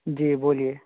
जी बोलिए